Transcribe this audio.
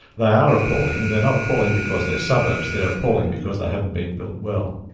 they are appalling. they're not appalling because they're suburbs, they're appalling because they haven't been built well.